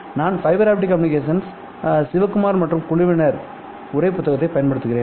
நான் fibre optic communication Sivakumar மற்றும் குழுவினர் உரை புத்தகத்தை பயன்படுத்துகிறேன்